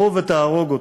בוא ותהרוג אותו.